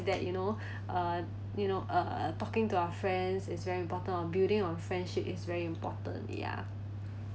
that you know uh you know uh talking to our friends is very important or building on friendship is very important ya